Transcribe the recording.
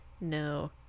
no